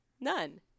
none